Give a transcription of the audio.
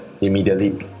immediately